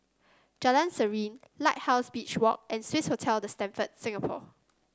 Jalan Serene Lighthouse Beach Walk and Swissotel The Stamford Singapore